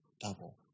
double